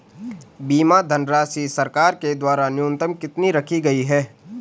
बीमा धनराशि सरकार के द्वारा न्यूनतम कितनी रखी गई है?